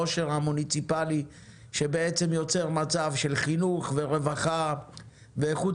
העושר המוניציפלי שיוצר מצב של חינוך ורווחה ואיכות